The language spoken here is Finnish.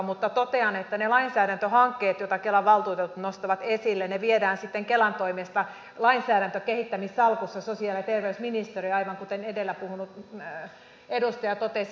mutta totean että ne lainsäädäntöhankkeet jotka kelan valtuutetut nostavat esille viedään sitten kelan toimesta lainsäädäntökehittämissalkussa sosiaali ja terveysministeriöön aivan kuten edellä puhunut edustaja totesi